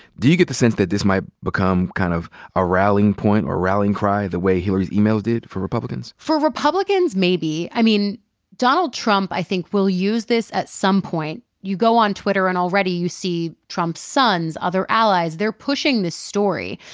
do you get the sense that this might become kind of a rallying point or rallying cry, the way hillary's e-mails did for republicans? for republicans, maybe. i mean donald trump, i think, will use this at some point. you go on twitter and already you see trump's sons, other allies, they're pushing this story.